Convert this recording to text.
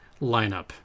lineup